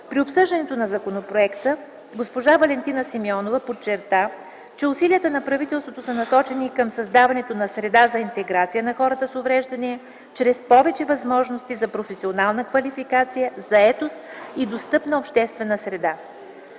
При обсъждането на законопроекта г-жа Валентина Симеонова подчерта, че усилията на правителството са насочени към създаването на среда за интеграция на хората с увреждания чрез повече възможности за професионална квалификация, заетост и достъпна обществена среда.